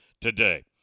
today